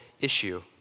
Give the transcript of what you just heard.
issue